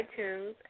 iTunes